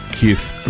Keith